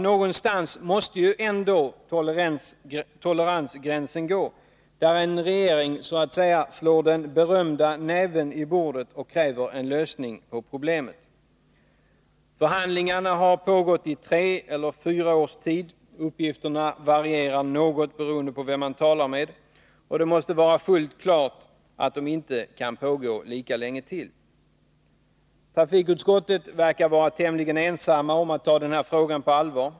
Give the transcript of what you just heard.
Någonstans måste det ju ändå finnas en toleransgräns, där en regering så att säga slår den berömda näven i bordet och kräver en lösning på problemet. Förhandlingarna har pågått i tre eller fyra års tid — uppgifterna varierar något beroende på vem man talar med. Det måste vara fullt klart att det inte kan få pågå lika länge till. Trafikutskottet verkar vara tämligen ensamt om att ta frågan på allvar.